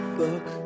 book